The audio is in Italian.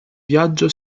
viaggio